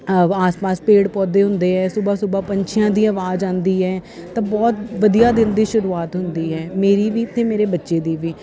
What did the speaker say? ਆਸ ਪਾਸ ਪੇੜ ਪੌਦੇ ਹੁੰਦੇ ਆ ਸੁਬਹਾ ਸੁਬਹਾ ਪੰਛੀਆਂ ਦੀ ਆਵਾਜ਼ ਆਉਂਦੀ ਹੈ ਤਾਂ ਬਹੁਤ ਵਧੀਆ ਦਿਨ ਦੀ ਸ਼ੁਰੂਆਤ ਹੁੰਦੀ ਹੈ ਮੇਰੀ ਵੀ ਅਤੇ ਮੇਰੇ ਬੱਚੇ ਦੀ ਵੀ